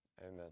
Amen